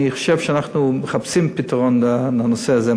אני חושב שאנחנו מחפשים פתרון לנושא הזה,